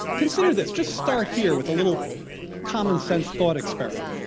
consider this, just start here with a little commonsense thought experiment.